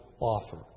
offer